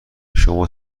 شما